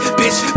bitch